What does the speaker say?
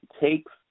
takes